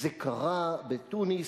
זה קרה בתוניסיה,